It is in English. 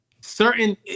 certain